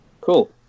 Cool